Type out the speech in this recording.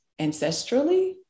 ancestrally